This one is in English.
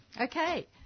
Okay